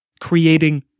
creating